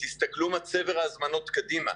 צריך להסתכל מה צבר ההזמנות קדימה.